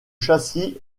châssis